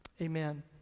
Amen